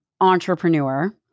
entrepreneur